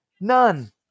None